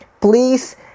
please